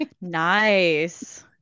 Nice